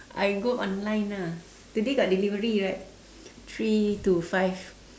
I go online ah today got delivery right three to five